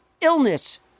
illness